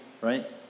right